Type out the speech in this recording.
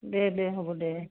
দে দে হ'ব দে